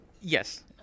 Yes